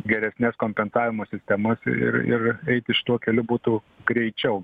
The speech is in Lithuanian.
geresnės kompensavimo sistemos ir ir eiti šituo keliu būtų greičiau